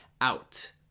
out